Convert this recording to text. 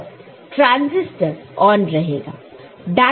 तो उस वक्त ट्रांसिस्टर ऑन रहेगा